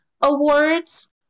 awards